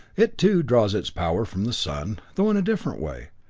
it, too, draws its power from the sun, though in a different way,